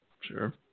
Sure